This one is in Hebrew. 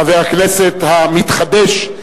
חבר הכנסת המתחדש,